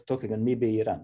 tokia galimybė yra